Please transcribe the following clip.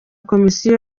komisiyo